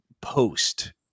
post